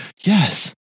Yes